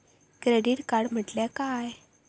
Credit card म्हटल्या काय?